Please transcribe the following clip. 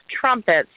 trumpets